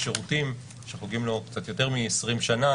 בשירותים שחוגגים לו קצת יותר מ-20 שנה